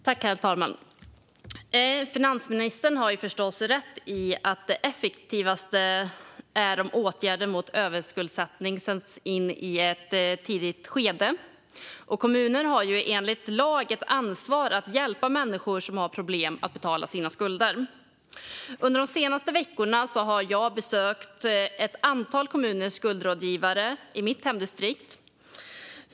Herr talman! Finansministern har förstås rätt i att det effektivaste är om åtgärder mot överskuldsättning sätts in i ett tidigt skede. Kommunerna har enligt lag ansvar för att hjälpa människor som har problem med att betala sina skulder. De senaste veckorna har jag besökt ett antal kommuners skuldrådgivare i mitt hemdistrikt.